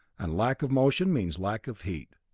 and lack of motion means lack of heat.